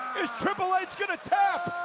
is triple h gonna tap?